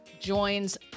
joins